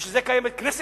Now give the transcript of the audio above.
בשביל זה קיימת הכנסת?